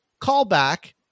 callback